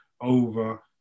over